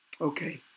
Okay